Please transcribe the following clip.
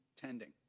tending